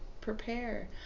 prepare